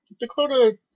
Dakota